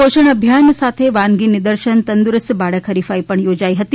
પોષણ અભિયાન સાથે વાનગી નિદર્શન તંદુરસ્ત બાળક હરિફાઇ પણ યોજાઇ હતી